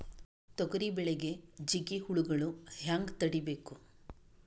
ತೊಗರಿ ಬೆಳೆಗೆ ಜಿಗಿ ಹುಳುಗಳು ಹ್ಯಾಂಗ್ ತಡೀಬೇಕು?